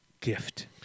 gift